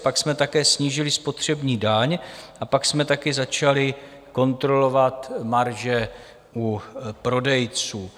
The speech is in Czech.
Pak jsme také snížili spotřební daň a pak jsme taky začali kontrolovat marže u prodejců.